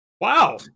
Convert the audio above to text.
Wow